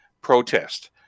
protest